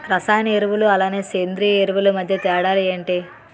రసాయన ఎరువులు అలానే సేంద్రీయ ఎరువులు మధ్య తేడాలు ఏంటి?